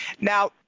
Now